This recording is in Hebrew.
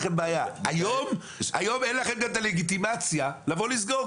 היום אין לכם את הלגיטימציה לבוא ולסגור,